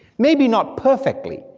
maybe not perfectly,